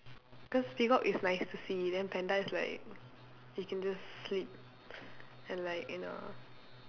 because peacock is nice to see then panda is like you can just sleep and like you know